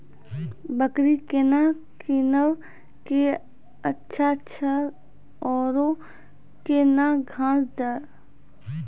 बकरी केना कीनब केअचछ छ औरू के न घास दी?